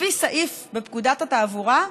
לפי סעיף בפקודת התעבורה,